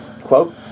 quote